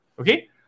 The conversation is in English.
okay